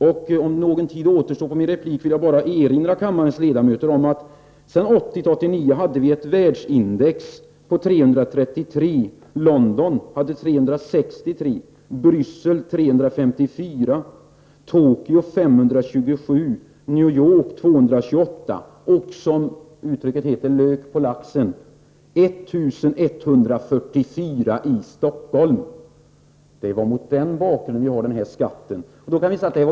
Om det är något kvar av min repliktid, vill jag bara erinra kammarens ledamöter om att för perioden 1980-1989 uppgick världsindex till 333. London hade 363, Bryssel 354, Tokyo 527, New York 228 och, som uttrycket lyder, lök på laxen: 1 144 i Stockholm! Det är mot den bakgrunden vi skall se omsättningsskatten.